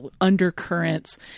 undercurrents